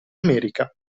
america